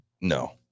no